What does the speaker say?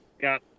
Got